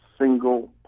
single